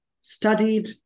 studied